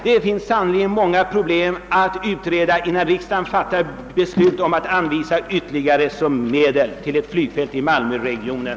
Det finns sannerligen många problem att utreda, innan riksdagen fattar beslut att anvisa ytterligare medel till ett flygfält i Malmöregionen.